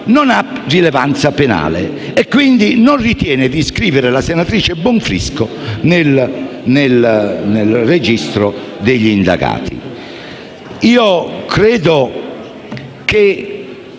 non ha rilevanza penale e quindi non ritiene di iscrivere la senatrice Bonfrisco nel registro degli indagati.